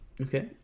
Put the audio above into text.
Okay